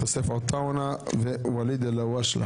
יוסף עטאונה וואליד אלהואשלה